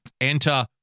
Enter